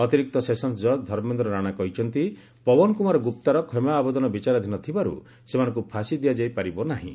ଅତିରିକ୍ତ ସେସନ୍ୱ ଜଜ୍ ଧର୍ମେନ୍ଦ୍ର ରାଣା କହିଛନ୍ତି ପବନ କୁମାର ଗୁପ୍ତାର କ୍ଷମା ଆବେଦନ ବିଚାରଧୀନ ଥିବାରୁ ସେମାନଙ୍କୁ ଫାଶି ଦିଆଯାଇ ପାରିବ ନାହିଁ